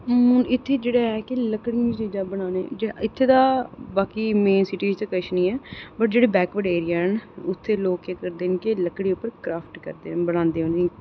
ते इत्थै जेह्ड़ा ऐ लक्कड़ी दियां चीज़ां बनाने दा इत्थै बाकी मेन सिटी बिच किश निं ऐ बट जेह्ड़े बैकवर्ड एरिया न ते उत्थै लोक केह् करदे न कि लकड़ियें पर क्रॉफ्ट करदे न बनांदे न उ'नेंगी